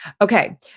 Okay